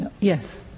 Yes